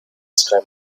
square